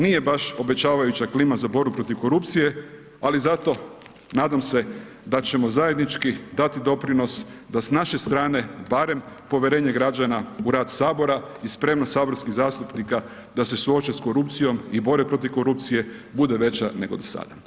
Nije baš obećavajuća klima za borbu protiv korupcije, ali zato, nadam se, da ćemo zajedničko dati doprinos, da s naše strane, barem povjerenje građana u rad sabora i spremnost saborskih zastupnika da suoče s korupcijom i bore protiv korupcije bude veća nego do sada.